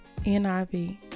NIV